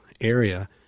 area